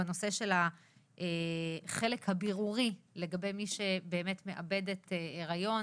בנושא של החלק הבירורי לגבי מי שבאמת מאבדת היריון